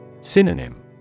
Synonym